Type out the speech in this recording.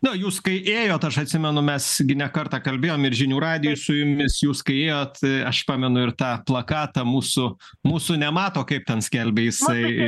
na jūs kai ėjot aš atsimenu mes gi ne kartą kalbėjom ir žinių radijuj su jumis jūs kai ėjot aš pamenu ir tą plakatą mūsų mūsų nemato kaip ten skelbė jisai